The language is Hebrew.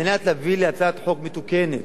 כדי להביא להצעת חוק מתוקנת.